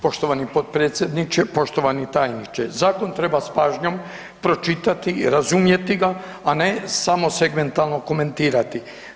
Poštovani potpredsjedniče, poštovani tajniče, zakon treba s pažnjom pročitati i razumjeti ga, a ne samo segmentalno komentirati.